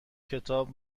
کتاب